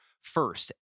first